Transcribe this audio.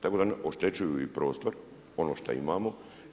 Tako da ne oštećuju i prostor, ono što imamo.